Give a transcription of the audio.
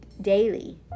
daily